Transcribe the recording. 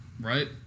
Right